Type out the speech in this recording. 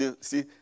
see